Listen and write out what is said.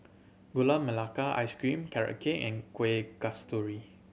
Gula Melaka Ice Cream Carrot Cake and Kueh Kasturi